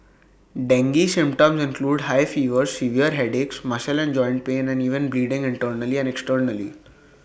dengue symptoms include high fever severe headaches muscle and joint pain and even bleeding internally and externally